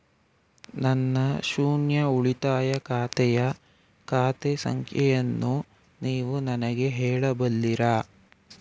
ನನ್ನ ಶೂನ್ಯ ಉಳಿತಾಯ ಖಾತೆಯ ಖಾತೆ ಸಂಖ್ಯೆಯನ್ನು ನೀವು ನನಗೆ ಹೇಳಬಲ್ಲಿರಾ?